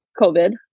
COVID